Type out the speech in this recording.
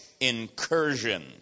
incursion